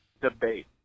debate